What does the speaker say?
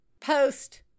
post-